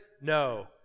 No